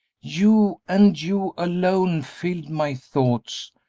you, and you alone, filled my thoughts.